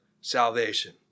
salvation